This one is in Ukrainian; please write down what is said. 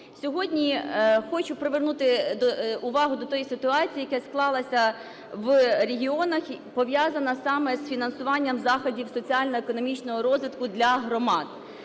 Сьогодні хочу привернути увагу до тієї ситуації, яка склалася в регіонах, пов'язана саме з фінансуванням заходів соціально-економічного розвитку для громад.